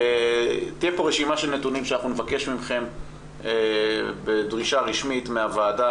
תהיה פה רשימה של נתונים שאנחנו נבקש מכם בדרישה רשמית מהוועדה,